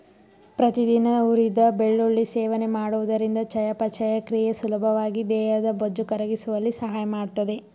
ಪ್ರತಿದಿನ ಹುರಿದ ಬೆಳ್ಳುಳ್ಳಿ ಸೇವನೆ ಮಾಡುವುದರಿಂದ ಚಯಾಪಚಯ ಕ್ರಿಯೆ ಸುಲಭವಾಗಿ ದೇಹದ ಬೊಜ್ಜು ಕರಗಿಸುವಲ್ಲಿ ಸಹಾಯ ಮಾಡ್ತದೆ